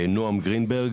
נועם גרינברג,